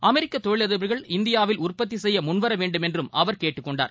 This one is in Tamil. அமெரிக்க தொழிலதிபர்கள் இந்தியாவில் உற்பத்தி செய்ய முன்வர வேண்டுமென்றும் அவர் கேட்டுக் கொண்டார்